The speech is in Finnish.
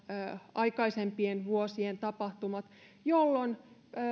aikaisempien vuosien tapahtumat jolloin